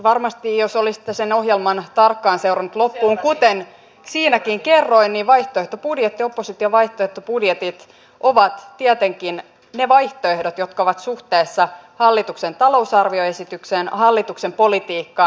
varmasti jos olisitte sen ohjelman tarkkaan seurannut loppuun siinäkin kerroin että opposition vaihtoehtobudjetit ovat tietenkin ne vaihtoehdot jotka ovat suhteessa hallituksen talousarvioesitykseen hallituksen politiikkaan